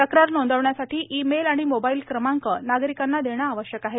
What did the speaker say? तक्रार नोंदवण्यासाठी email आणि मोबाईल क्रमांक नागरिकांना देणे आवश्यक आहे